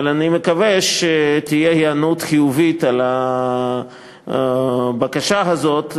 אבל אני מקווה שתהיה היענות חיובית לבקשה הזאת.